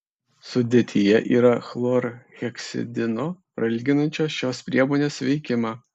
sudėtyje yra chlorheksidino prailginančio šios priemonės veikimą